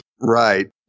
Right